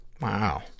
Wow